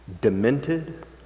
demented